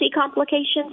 complications